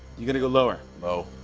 you're gonna go lower. low. oh!